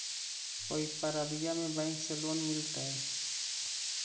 कोई परबिया में बैंक से लोन मिलतय?